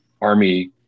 army